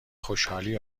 خوشحالی